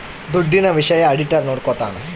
ದುಡ್ಡಿನ ವಿಷಯ ಆಡಿಟರ್ ನೋಡ್ಕೊತನ